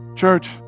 Church